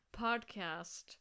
podcast